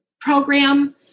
program